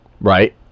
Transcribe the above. Right